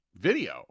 video